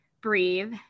breathe